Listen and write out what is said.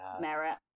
merit